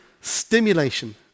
Stimulation